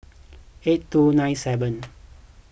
eight two nine seven